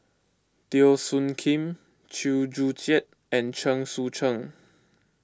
Teo Soon Kim Chew Joo Chiat and Chen Sucheng